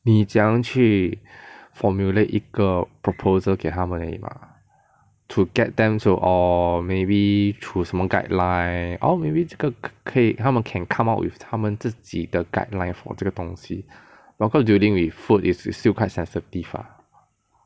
你怎么样去 formulate 一个 proposal 给他们而已 mah to get them to orh maybe 出什么 guideline and orh maybe 这个可以他们 can come up with 他们自己的 guideline for 这个东西 of course dealing with food is still quite sensitive lah